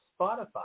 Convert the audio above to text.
Spotify